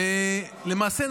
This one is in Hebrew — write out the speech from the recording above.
ולמעשה,